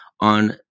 on